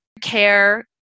care